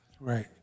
Right